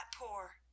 poor